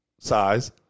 size